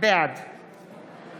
בעד